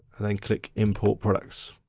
and then click import products.